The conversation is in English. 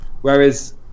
whereas